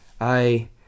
I